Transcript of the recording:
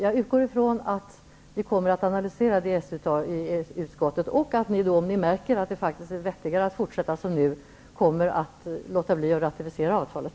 Jag utgår från att utskottet kommer att analysera ESS-avtalet och att ni då, om ni märker att det är vettigare att fortsätta som nu, kommer att låta bli att ratificera avtalet.